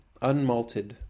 unmalted